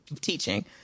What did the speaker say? teaching